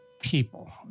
people